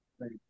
right